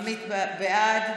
עמית, בעד,